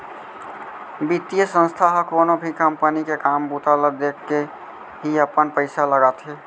बितीय संस्था ह कोनो भी कंपनी के काम बूता ल देखके ही अपन पइसा ल लगाथे